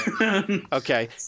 Okay